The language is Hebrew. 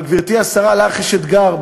אבל, גברתי השרה, לך יש אתגר.